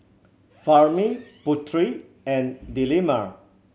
Fahmi Putri and Delima